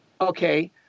okay